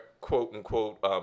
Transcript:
quote-unquote